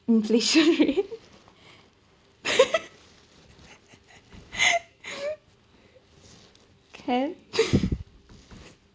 inflation rate can